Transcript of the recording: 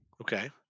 okay